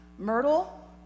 Myrtle